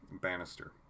Bannister